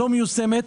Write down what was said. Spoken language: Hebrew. לא מיושמת.